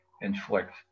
inflict